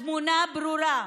התמונה ברורה: